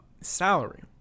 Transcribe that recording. salary